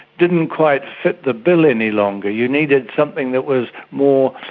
didn't quite fit the bill any longer. you needed something that was more,